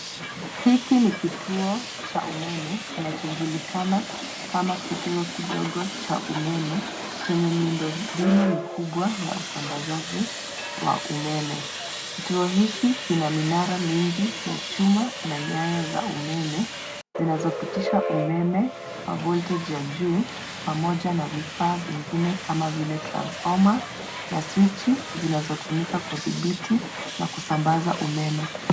Hiki ni kituo cha umeme kinachojulikana kama kituo kidogo cha umeme chenye miundombinu mikubwa ya usambazaji wa umeme. Kituo hiki kina minara mingi ya chuma na nyaya za umeme zinazopitisha umeme kwa voltage ya juu, pamoja na vifaa vingine kama vile transfoma na swichi zinazotumika kudhibiti na kusambaza umeme.